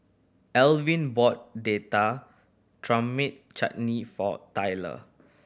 Elvin bought Date Tamarind Chutney for Tyrel